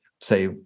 say